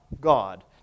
God